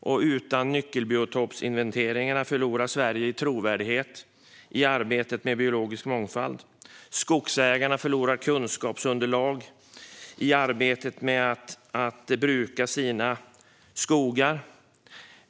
Och utan nyckelbiotopsinventeringarna förlorar Sverige trovärdighet i arbetet med biologisk mångfald. Skogsägarna förlorar kunskapsunderlag i arbetet med att bruka sina skogar.